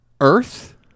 Earth